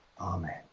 Amen